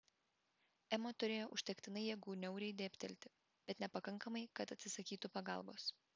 ema turėjo užtektinai jėgų niauriai dėbtelėti bet nepakankamai kad atsisakytų pagalbos